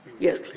Yes